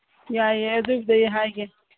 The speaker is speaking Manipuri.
ꯌꯥꯏꯌꯦ ꯑꯗꯨꯒꯤꯗꯤ ꯑꯩ ꯍꯥꯏꯒꯦ